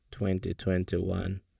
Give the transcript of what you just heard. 2021